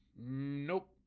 Nope